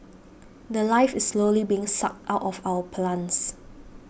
the Life is slowly being sucked out of our plants